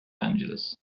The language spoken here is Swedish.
angeles